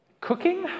cooking